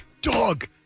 Dog